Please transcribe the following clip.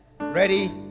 ready